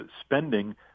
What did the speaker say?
spending